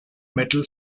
metal